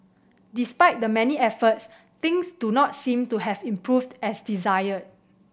despite the many efforts things do not seem to have improved as desired